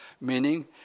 meaning